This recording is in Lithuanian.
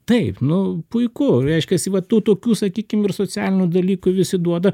taip nu puiku reiškiasi va tų tokių sakykim ir socialinių dalykų visi duoda